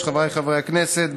חבריי חברי הכנסת,